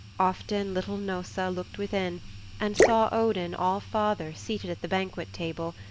often little hnossa looked within and saw odin all-father seated at the banquet table,